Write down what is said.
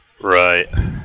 Right